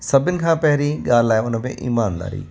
सभिनी खां पहिरीं ॻाल्हि आहे हुन में ईमानदारी